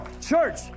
church